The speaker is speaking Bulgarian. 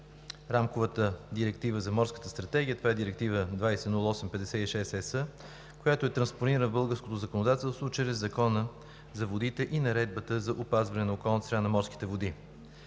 Рамковата директива за Морската стратегия – това е Директива 2008/56 ЕС, която е транспонирана в българското законодателство чрез Закона за водите и Наредбата за опазване на околната среда в морските води.